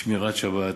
שמירת שבת,